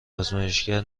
آزمایشگر